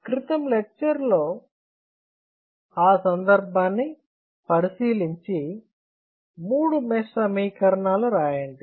క్రితం లెక్చర్ లో ఆ సందర్భాన్ని పరిశీలించి మూడు మెష్ సమీకరణాలు రాయండి